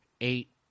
eight